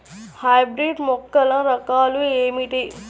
Hybrid మొక్కల రకాలు ఏమిటీ?